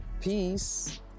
Peace